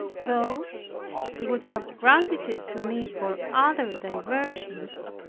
though he would have granted it to me for other diversions,